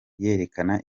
yerekana